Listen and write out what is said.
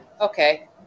okay